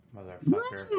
Motherfucker